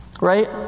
Right